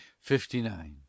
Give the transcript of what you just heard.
fifty-nine